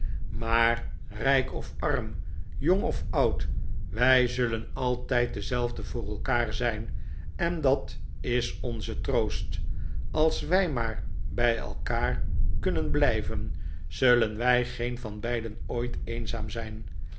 maar rijk of arm jong of oud wij zullen altijd dezelfden voor elkaar zijn en dat is onze troost als wij maar bij elkaar kunnen blijven zullen wij geen van beiden ooit eenzaam zijn